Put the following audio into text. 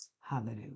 Hallelujah